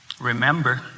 Remember